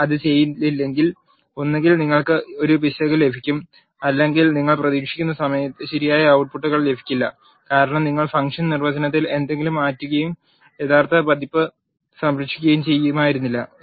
നിങ്ങൾ അത് ചെയ്തില്ലെങ്കിൽ ഒന്നുകിൽ നിങ്ങൾക്ക് ഒരു പിശക് ലഭിക്കും അല്ലെങ്കിൽ നിങ്ങൾ പ്രതീക്ഷിക്കുന്ന ശരിയായ ഔട്ട്പുട്ട്കൾ ലഭിക്കില്ല കാരണം നിങ്ങൾ ഫംഗ്ഷൻ നിർവചനത്തിൽ എന്തെങ്കിലും മാറ്റുകയും യഥാർത്ഥ പതിപ്പ് സംരക്ഷിക്കുകയും ചെയ്യുമായിരുന്നില്ല